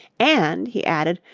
and, he added,